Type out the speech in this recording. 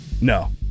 no